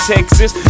Texas